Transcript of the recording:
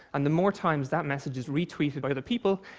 and the more times that message is retweeted by other people,